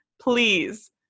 please